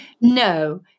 no